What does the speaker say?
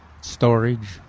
Storage